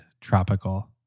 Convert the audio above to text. tropical